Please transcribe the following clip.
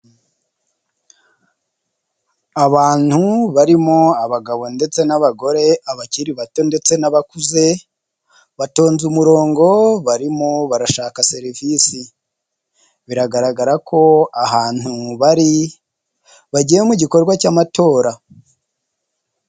Abantu barimo abagabo ndetse n'abagore, abakiri bato ndetse n'abakuze, batonze umurongo barimo barashaka serivisi, biragaragara ko ahantu bari bagiye mu gikorwa cy'amatora.